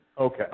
Okay